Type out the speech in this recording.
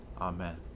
Amen